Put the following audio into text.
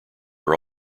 are